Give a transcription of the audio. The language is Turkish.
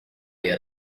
yer